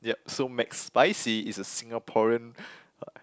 yep so McSpicy is a Singaporean